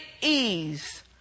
ease